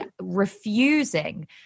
refusing